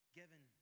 given